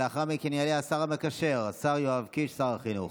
לאחר מכן יעלה השר המקשר השר יואב קיש, שר החינוך.